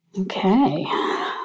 Okay